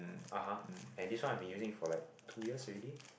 (uh huh) and this one I've been using for like two years already